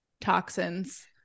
toxins